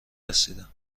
رسیدم